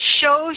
shows